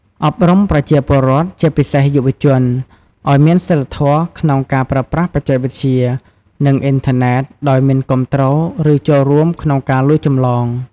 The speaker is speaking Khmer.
អប់រំប្រជាពលរដ្ឋ ជាពិសេសយុវជន ឱ្យមានសីលធម៌ក្នុងការប្រើប្រាស់បច្ចេកវិទ្យា និងអ៊ីនធឺណិត ដោយមិនគាំទ្រ ឬចូលរួមក្នុងការលួចចម្លង។